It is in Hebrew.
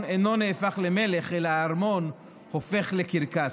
אינו נהפך למלך אלא הארמון הופך לקרקס.